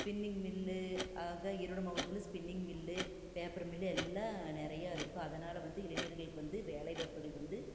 spinning mill ஆக ஈரோடு மாவட்டத்தில் spinning mill paper mill எல்லாம் நிறையா இருக்குது அதனாலே வந்து இளைஞர்களுக்கு வந்து வேலை வாய்ப்புகள் வந்து